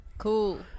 Cool